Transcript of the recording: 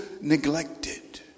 neglected